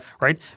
Right